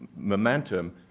momentum,